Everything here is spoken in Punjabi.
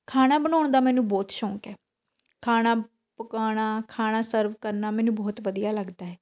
ਖਾਣਾ ਬਣਾਉਣ ਦਾ ਮੈਨੂੰ ਬਹੁਤ ਸ਼ੌਂਕ ਹੈ ਖਾਣਾ ਪਕਾਉਣਾ ਖਾਣਾ ਸਰਵ ਕਰਨਾ ਮੈਨੂੰ ਬਹੁਤ ਵਧੀਆ ਲੱਗਦਾ ਹੈ